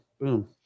boom